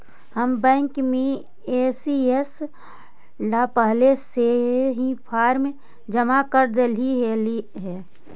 हम बैंक में ई.सी.एस ला पहले से ही फॉर्म जमा कर डेली देली हल